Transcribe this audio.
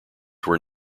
were